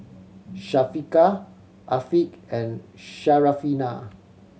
Syafiqah Afiq and Syarafina